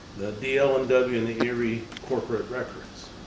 the dl and w and the erie corporate records,